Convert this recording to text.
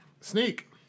Sneak